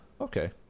Okay